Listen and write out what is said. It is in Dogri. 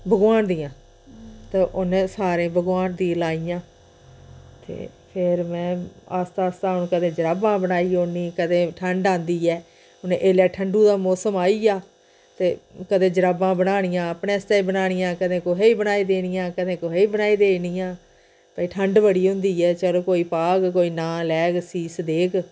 भगवान दियां ते उनें सारें भगवान गी लाइयां ते फेर में आस्ता आस्ता हून कदें जराबां बनाई ओड़नी कदें ठंड आंदी ऐ हून ऐल्लै ठंडु दा मौसम आई गेआ ते कदें जराबां बनानियां अपने आस्तै बनानियां कदें कुहै गी बनाई देनियां कदें कुहै गी बनाई देनियां भई ठंड बड़ी होंदी ऐ चलो पाह्ग कोई नांऽ लैग सीस देग